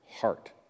heart